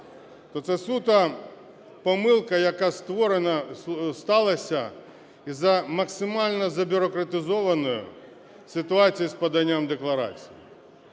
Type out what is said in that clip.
то це суто помилка, яка створена… сталася із-за максимально забюрократизованою ситуацією з поданням декларацій.